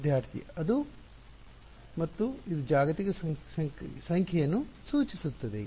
ವಿದ್ಯಾರ್ಥಿ ಅದು ಮತ್ತು ಇದು ಜಾಗತಿಕ ಸಂಖ್ಯೆಯನ್ನು ಸೂಚಿಸುತ್ತದೆ